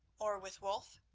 or with wulf?